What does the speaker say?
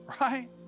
Right